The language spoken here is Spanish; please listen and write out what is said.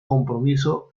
compromiso